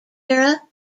era